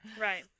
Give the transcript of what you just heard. Right